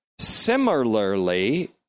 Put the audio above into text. similarly